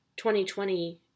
2020